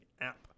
app